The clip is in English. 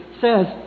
says